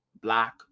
black